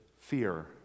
fear